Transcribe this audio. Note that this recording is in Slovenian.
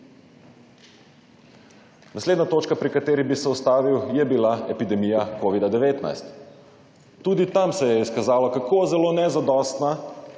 Naslednja točka, pri kateri bi se ustavil je bila epidemija Covid-19. Tudi tam se je izkazalo, kako zelo nezadostna